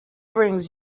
brings